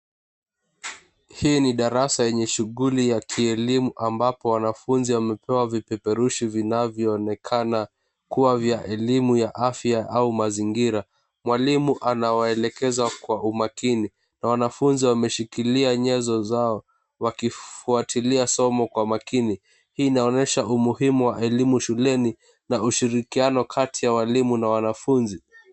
Hii ni darasa yenye shughuli ya kielimu ambapo wanafunzi wamepewa vipeperushi vinavyonekana kuwa vya elimu ya afya au mazingira. Mwalimu anawaelekeza kwa umakini na mwalimu ameshikilia nyenzo zao akifuatilia somo kwa makini. Hii inaonyesha umuhimu wa elimu shuleni na ushirikiano kati ya walimu na wanafunzi.